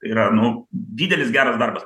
yra nu didelis geras darbas